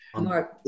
Mark